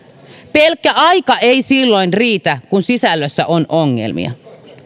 pelkkä aika ei silloin riitä kun sisällössä on ongelmia